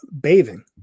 bathing